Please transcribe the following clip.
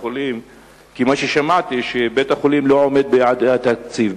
כי מה ששמעתי הוא שבית-החולים לא עומד ביעדי התקציב,